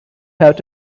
have